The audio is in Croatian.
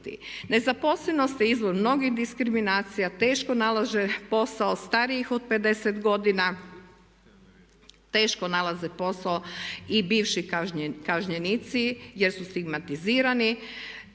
Nezaposlenost je izvor mnogih diskriminacija, teško nalaže posao starijih od 50 godina teško nalaze posao i bivši kažnjenici jer su stigmatizirani,